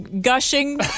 Gushing